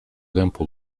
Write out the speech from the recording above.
tempo